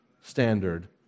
standard